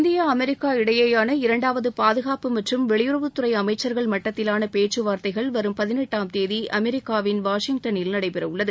India America இடையேயான இரண்டாவது பாதுகாப்பு மற்றும் வெளியுறவுத்துறை அமைச்சர்கள் மட்டத்திலான பேச்சுவார்த்தைகள் வரும் பதினெட்டாம் தேதி அமெரிக்காவின் வாஷிங்டனில் நடைபெறவுள்ளது